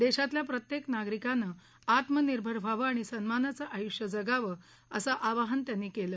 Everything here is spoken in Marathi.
देशातल्या प्रत्येक नागरिकांनं आत्मनिर्भर व्हावं आणि सन्मानाचं आयुष्य जगावं असं आवाहन त्यांनी केलं